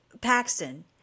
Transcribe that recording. Paxton